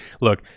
Look